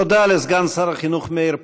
תודה לסגן שר החינוך מאיר פרוש.